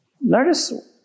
Notice